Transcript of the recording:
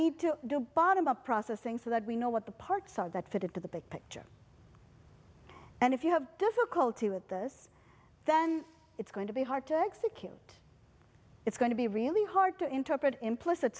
need to do bottom up processing so that we know what the parks are that fit into the big picture and if you have difficulty with this then it's going to be hard to execute it's going to be really hard to interpret implicit